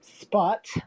spot